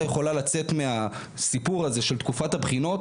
יכולה לצאת מהסיפור הזה של תקופת הבחינות,